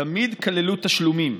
תמיד כללו תשלומים.